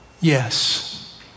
Yes